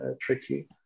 tricky